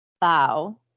Bow